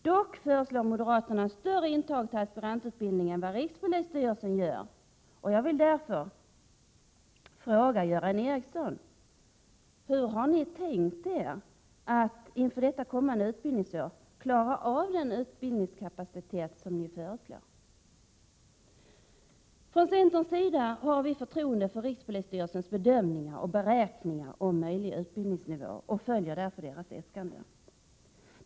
Dock föreslår moderaterna större intagning till aspirantutbildning än vad rikspolisstyrelsen gör, och jag vill därför fråga Göran Ericsson: Hur har ni tänkt er att inför det kommande utbildningsåret klara av den utbildningskapacitet som ni föreslår? Från centerns sida har vi förtroende för rikspolisstyrelsens bedömningar och beräkningar om möjlig utbildningsnivå och följer därför dess äskanden.